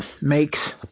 makes